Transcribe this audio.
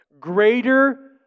greater